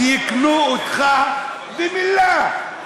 שיקנו אותך במילה,